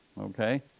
Okay